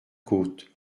côte